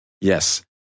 yes